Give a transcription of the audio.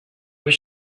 was